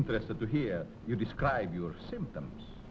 interested to hear you describe your symptoms